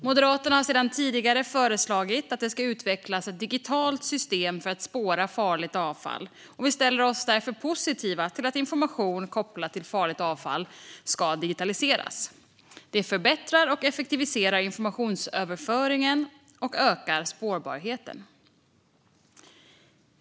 Moderaterna har sedan tidigare föreslagit att det ska utvecklas ett digitalt system för att spåra farligt avfall, och vi ställer oss därför positiva till att information kopplad till farligt avfall ska digitaliseras. Det förbättrar och effektiviserar informationsöverföringen och ökar spårbarheten.